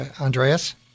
Andreas